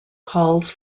calls